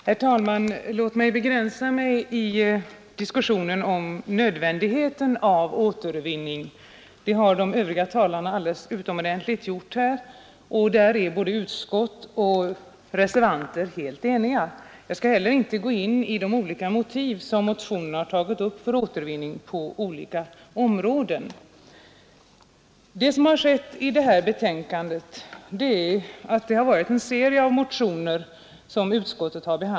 Herr talman! Jag skall begränsa mig i diskussionen om nödvändigheten av återvinning. Det har de övriga talarna här behandlat på ett alldeles utomordentligt sätt, och på den punkten är utskottsmajoriteten och reservanterna också helt eniga. Jag skall heller inte gå in på de olika motiv för återvinning på olika områden som tagits upp i motionerna. I betänkandet behandlar utskottet en serie motioner samtidigt.